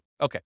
Okay